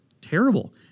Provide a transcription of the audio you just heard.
terrible